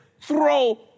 throw